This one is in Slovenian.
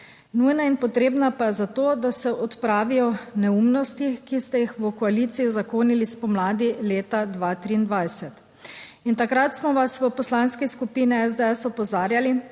nujna in potrebna pa je za to, da se odpravijo neumnosti, ki ste jih v koaliciji uzakonili spomladi leta 2023 in takrat smo vas v Poslanski skupini SDS opozarjali,